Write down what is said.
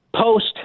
post